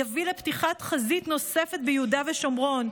יביא לפתיחת חזית נוספת ביהודה ושומרון,